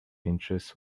interest